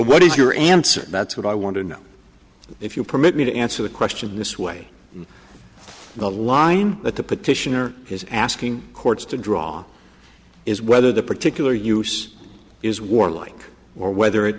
what is your answer that's what i want to know if you permit me to answer the question this way the line that the petitioner is asking courts to draw is whether the particular use is warlike or whether it